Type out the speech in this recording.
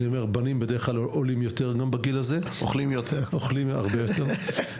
בנים בדרך-כלל עולים יותר כי בגיל הזה אוכלים הרבה יותר.